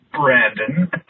Brandon